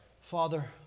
Father